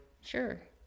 Sure